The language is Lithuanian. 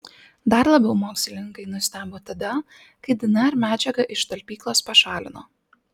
dar labiau mokslininkai nustebo tada kai dnr medžiagą iš talpyklos pašalino